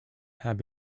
have